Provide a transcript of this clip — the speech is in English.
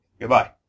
goodbye